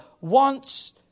wants